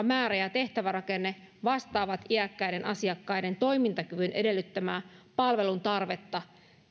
määrä ja tehtävärakenne vastaavat iäkkäiden asiakkaiden toimintakyvyn edellyttämää palvelun tarvetta